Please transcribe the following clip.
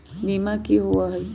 बीमा की होअ हई?